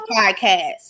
podcast